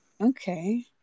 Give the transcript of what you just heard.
okay